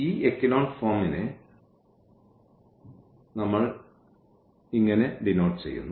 ഈ എക്കലോൺ ഫോംന് ഈ ഫോം ഉണ്ടാകും